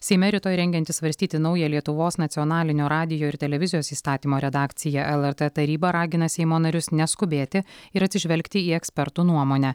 seime rytoj rengiantis svarstyti naują lietuvos nacionalinio radijo ir televizijos įstatymo redakciją lrt taryba ragina seimo narius neskubėti ir atsižvelgti į ekspertų nuomonę